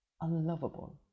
unlovable